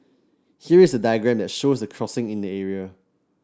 here is a diagram that shows the crossings in the area